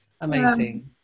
Amazing